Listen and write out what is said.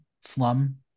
slum